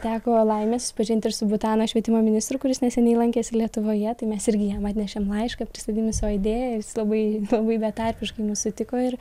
teko laimė susipažinti ir su butano švietimo ministru kuris neseniai lankėsi lietuvoje tai mes irgi jam atnešėm laišką pristatydami savo idėją ir jis labai labai betarpiškai mus sutiko ir